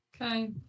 Okay